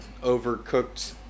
overcooked